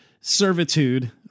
servitude